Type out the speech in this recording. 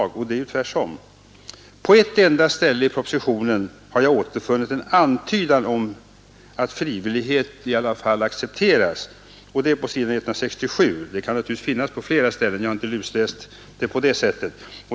I verkligheten är det tvärtom. På ett enda ställe i propositionen har jag återfunnit en antydan om att frivillighet i alla fall accepteras. Det är på sidan 167 — det kan naturligtvis finnas på flera ställen; jag har inte lusläst propositionen på det sättet.